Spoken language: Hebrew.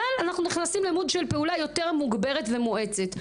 אבל אנחנו נכנסים ל-mode של פעולה יותר מוגברת ומואצת.